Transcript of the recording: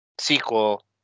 sequel